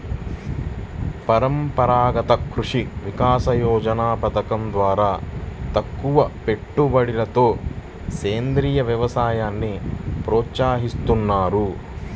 పరంపరాగత కృషి వికాస యోజన పథకం ద్వారా తక్కువపెట్టుబడితో సేంద్రీయ వ్యవసాయాన్ని ప్రోత్సహిస్తున్నారు